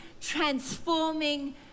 transforming